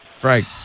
Frank